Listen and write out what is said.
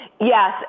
Yes